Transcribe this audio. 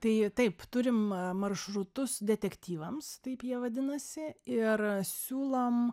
tai taip turim maršrutus detektyvams taip jie vadinasi ir siūlom